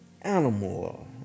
animal